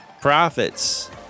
profits